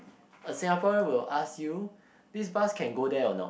a Singaporean will ask you this bus can go there or not